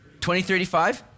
2035